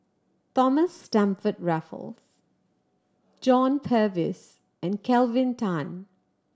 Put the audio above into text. Thomas Stamford Raffles John Purvis and Kelvin Tan